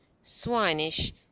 swinish